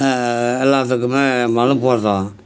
எல்லாத்துக்குமே மனு போட்டோம்